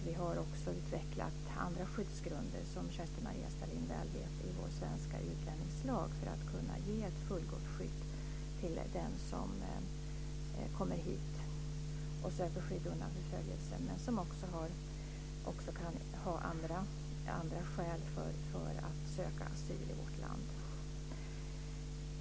Vi har också utvecklat andra skyddsgrunder, som Kerstin-Maria Stalin väl vet, i vår svenska utlänningslag för att kunna ge ett fullgott skydd till den som kommer hit och söker skydd undan förföljelse men som också kan ha andra skäl för att söka asyl i vårt land.